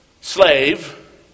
slave